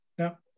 Now